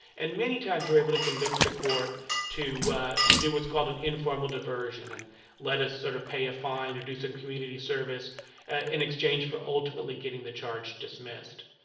and many times, we are able to convince the court to to do what's called an informal diversion and let us sort of pay a fine or do some community service in exchange for, ultimately, getting the charge dismissed.